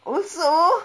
also